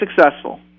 successful